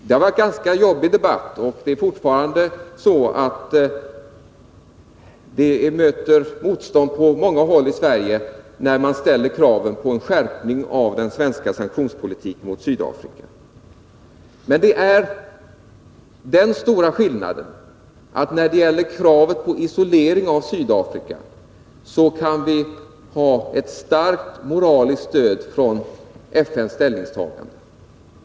Det har varit en ganska jobbig debatt, och det möter fortfarande motstånd på många håll i Sverige när man ställer krav på en skärpning av den svenska sanktionspolitiken mot Sydafrika. Men den stora skillnaden är att när det gäller kravet på isolering av Sydafrika kan vi få ett starkt moraliskt stöd i FN:s ställningstagande.